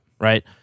Right